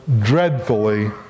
dreadfully